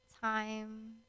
time